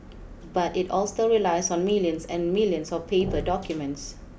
but it all still relies on millions and millions of paper documents